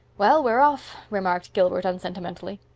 well, we're off, remarked gilbert unsentimentally.